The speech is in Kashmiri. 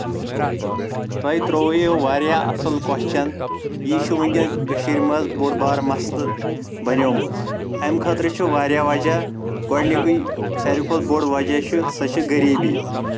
تۄہہ ترووٕ یہِ واریاہ اَصٕل کۄسچَن یہِ چھ ؤنٛۍکیٚن کٔشیٖر منٛز بوٚڑ بارٕ مَسلہٕ بَنیٚومُت اَمہِ خٲطرٕ چھ واریاہ وجہہ گۄڈٕنیُکُے سارِوٕے کھوتہٕ بوٚڑ وجہہ چھ سۄ چھےٚ غریٖبی